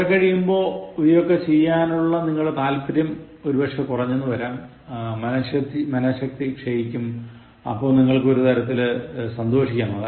കുറെ കഴിയുമ്പോൾ ഇവയൊക്കെ ചെയ്യാനുള്ള നിങ്ങളുടെ താല്പര്യം കുറയും മനശക്തി ക്ഷയിക്കും അപ്പോൾ നിങ്ങൾക്ക് ഒരു കാര്യത്തിൽ സന്തോഷിക്കാം